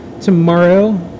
tomorrow